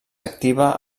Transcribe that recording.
activa